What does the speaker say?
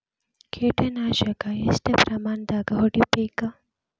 ಕೇಟ ನಾಶಕ ಎಷ್ಟ ಪ್ರಮಾಣದಾಗ್ ಹೊಡಿಬೇಕ?